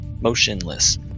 motionless